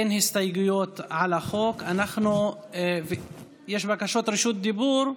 אין הסתייגויות לחוק, יש בקשות רשות דיבור.